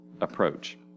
approach